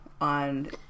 on